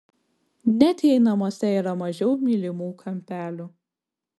net jei namuose yra mažiau mylimų kampelių